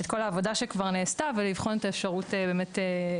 את כל העבודה שכבר נעשתה ולבחון את האפשרות בהתאם